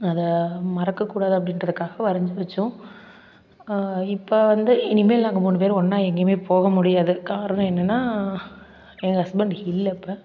அத மறக்கக்கூடாது அப்படின்றதுக்காக வரைஞ்சி வெச்சோம் இப்போ வந்து இனிமேல் நாங்கள் மூணு பேரு ஒன்னா எங்கேயுமே போக முடியாது காரணம் என்னென்னா என் ஹஸ்பண்ட் இல்லை இப்போ